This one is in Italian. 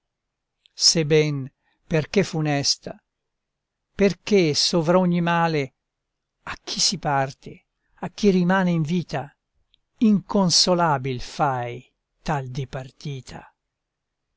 ben perché funesta perché sovra ogni male a chi si parte a chi rimane in vita inconsolabil fai tal dipartita